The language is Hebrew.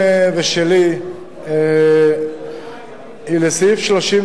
המשפטים, יש לו עשר דקות.